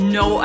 no